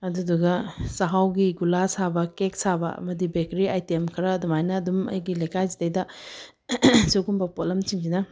ꯑꯗꯨꯗꯨꯒ ꯆꯥꯛꯍꯥꯎꯒꯤ ꯒꯨꯜꯂꯥ ꯁꯥꯕ ꯀꯦꯛ ꯁꯥꯕ ꯑꯃꯗꯤ ꯕꯦꯛꯀꯔꯤ ꯑꯥꯏꯇꯦꯝ ꯈꯔ ꯑꯗꯨꯃꯥꯏꯅ ꯑꯗꯨꯝ ꯑꯩꯒꯤ ꯂꯩꯀꯥꯏꯁꯤꯗꯩꯗ ꯁꯨꯒꯨꯝꯕ ꯄꯣꯠꯂꯝꯁꯤꯡꯁꯤꯅ